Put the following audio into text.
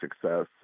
success